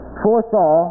foresaw